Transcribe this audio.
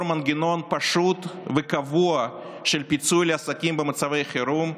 מנגנון פשוט וקבוע של פיצוי לעסקים במצבי חירום,